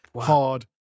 Hard